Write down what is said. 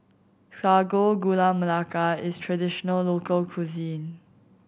Sago Gula Melaka is traditional local cuisine